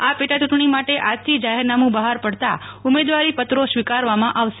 આ પેટાચૂંટણી માટે આજથી જાહેરનામું બહાર પડતાં ઉમેદવારીપત્રો સ્વીકારવામાં આવશે